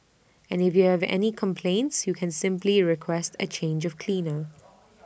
and if you have any complaints you can simply request A change of cleaner